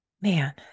man